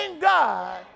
God